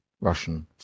Russian